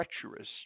treacherous